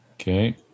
Okay